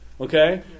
okay